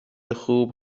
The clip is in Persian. خوب